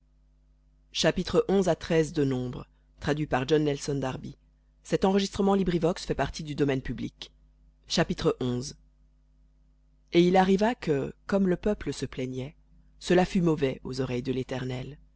et il arriva que comme le peuple se plaignait cela fut mauvais aux oreilles de l'éternel